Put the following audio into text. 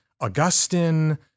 Augustine